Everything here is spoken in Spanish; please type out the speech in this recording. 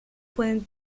pueden